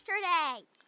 yesterday